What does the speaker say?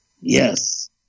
Yes